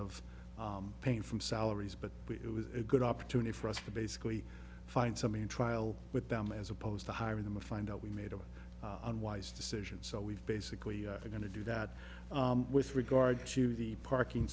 of pain from salaries but it was a good opportunity for us to basically find something in trial with them as opposed to hiring them i find out we made a unwise decision so we've basically going to do that with regard to the parking